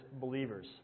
believers